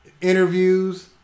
interviews